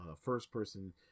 first-person